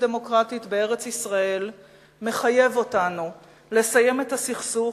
ודמוקרטית בארץ-ישראל מחייבת אותנו לסיים את הסכסוך